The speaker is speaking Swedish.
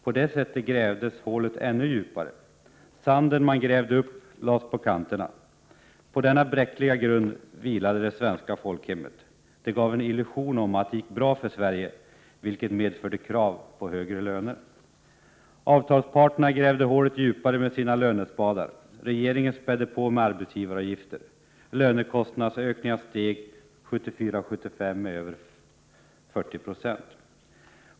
På detta sätt grävdes hålet ännu djupare. Sanden man grävde upp lades på kanterna. På denna bräckliga grund vilade det svenska folkhemmet. Det gav en illusion om att det gick bra för Sverige, vilket medförde krav på högre löner. Avtalsparterna grävde hålet djupare med sina ”löne-spadar”. Regeringen spädde på med arbetsgivaravgifter. Lönekostnadsökningarna steg, och var under åren 1974 och 1975 över 40 96.